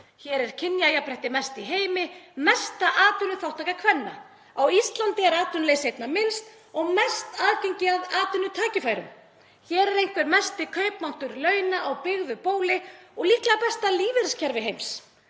Hér er kynjajafnrétti mest í heimi og mesta atvinnuþátttaka kvenna. Á Íslandi er atvinnuleysi einna minnst og mest aðgengi að atvinnutækifærum. Hér er einhver mesti kaupmáttur launa á byggðu bóli og líklega besta lífeyriskerfi heims.